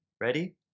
Ready